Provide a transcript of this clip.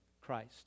Christ